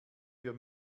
für